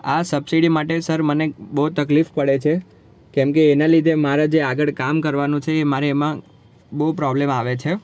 આ સબસિડી માટે સર મને બહુ તકલીફ પડે છે કેમ કે એના લીધે મારા જે આગળ કામ કરવાનું છે એ મારે એમાં બહુ પ્રોબલમ આવે છે